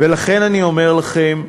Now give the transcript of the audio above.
ולכן אני אומר לכם,